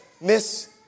miss